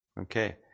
Okay